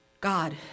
God